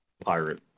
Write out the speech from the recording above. pirate